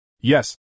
Yes